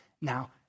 Now